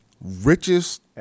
richest